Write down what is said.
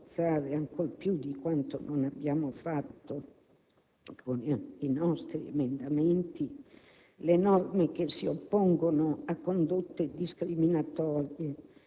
Sentiamo piuttosto l'urgenza di provvedimenti in favore della scuola pubblica, che è sempre la cenerentola